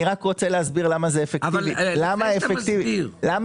אני רק רוצה להסביר למה זה אפקטיבי ולמה